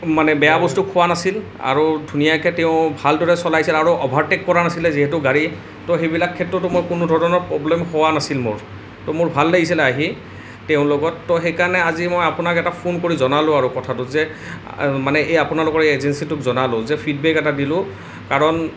মানে বেয়া বস্তু খোৱা নাছিল আৰু ধুনীয়াকৈ তেওঁ ভালদৰে চলাইছিল আৰু অভাৰটেক কৰা নাছিলে যিহেতু গাড়ী তো সেইবিলাক ক্ষেত্ৰতো মই কোনো ধৰণৰ প্ৰব্লেম হোৱা নাছিল মোৰ তো মোৰ ভাল লাগিছিলে আহি তেওঁৰ লগত তো সেইকাৰণে আজি মই আপোনাক এটা ফোন কৰি জনালোঁ আৰু কথাটো যে মানে আপোনালোকৰ এই এজেন্সীটোক জনালোঁ যে ফিডবেক এটা দিলোঁ কাৰণ